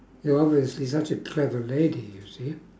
you're obviously such a clever lady you see